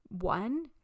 one